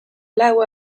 lau